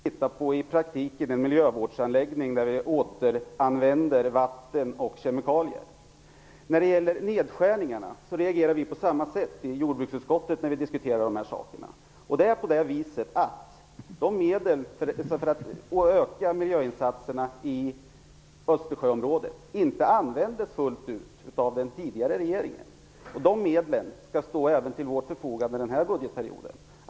Herr talman! Vi skall titta på i praktiken en miljövårdsanläggning där man återanvänder vatten och kemikalier. När det gäller nedskärningarna reagerade vi på samma sätt i jordbruksutskottet. Det är på det viset att de medel som fanns för att öka miljöinsatserna i Östersjöområdet inte användes fullt ut av den förra regeringen. De medlen skall stå även till vårt förfogande den här budgetperioden.